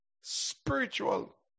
spiritual